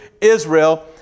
Israel